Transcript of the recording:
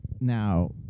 Now